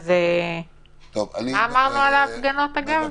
אז מה אמרנו על ההפגנות, אגב?